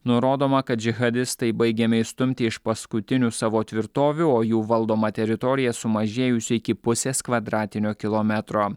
nurodoma kad džihadistai baigiami išstumti iš paskutinių savo tvirtovių o jų valdoma teritorija sumažėjusi iki pusės kvadratinio kilometro